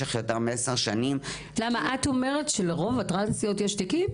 את אומרת שלרוב הטרנסיות יש תיקים?